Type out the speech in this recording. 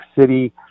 City